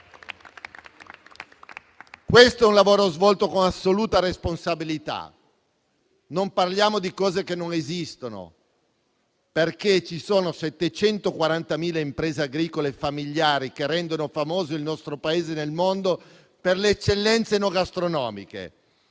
Questo lavoro viene svolto con assoluta responsabilità. Non parliamo di cose che non esistono, perché ci sono 740.000 imprese agricole familiari che rendono famoso il nostro Paese nel mondo per le eccellenze enogastronomiche.